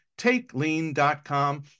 TakeLean.com